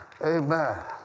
Amen